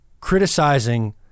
criticizing